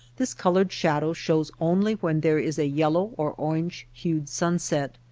this colored shadow shows only when there is a yellow or orange hued sunset,